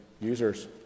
users